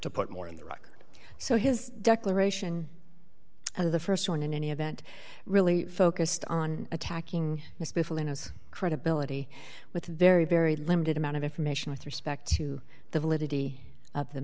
to put more in the ruck so his declaration of the st one in any event really focused on attacking credibility with very very limited amount of information with respect to the validity